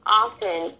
often